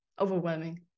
overwhelming